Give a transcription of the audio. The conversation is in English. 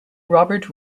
robert